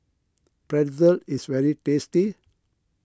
Pretzel is very tasty